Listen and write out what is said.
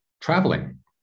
traveling